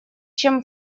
чем